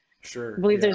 Sure